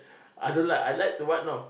I don't like I like the what know